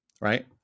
right